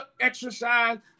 exercise